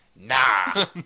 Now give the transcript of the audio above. Nah